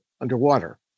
underwater